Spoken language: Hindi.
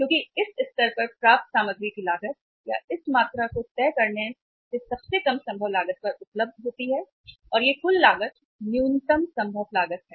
क्योंकि इस स्तर पर प्राप्त सामग्री की लागत या इस मात्रा को तय करने से सबसे कम संभव लागत पर उपलब्ध होती है और यह कुल लागत न्यूनतम संभव लागत है